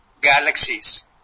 galaxies